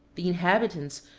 the inhabitants,